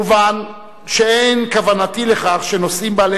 מובן שאין כוונתי לכך שנושאים בעלי